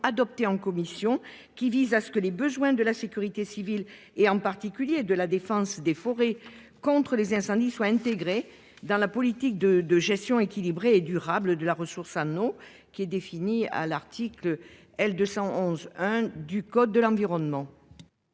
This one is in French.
adoptée en commission, qui vise à ce que les besoins de la sécurité civile, en particulier ceux qui concernent la défense des forêts contre les incendies, soient intégrés dans la politique de gestion équilibrée et durable de la ressource en eau, définie à l'article L. 211-1 du code de l'environnement.